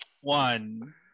One